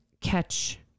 catch